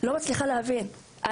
לא מצליחה להבין את זה.